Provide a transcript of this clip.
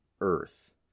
earth